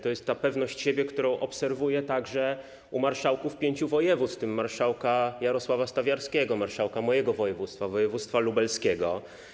To jest ta pewność siebie, którą obserwuję także u marszałków pięciu województw, w tym marszałka Jarosława Stawiarskiego, marszałka mojego województwa, województwa lubelskiego.